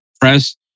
press